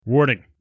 Warning